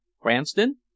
Cranston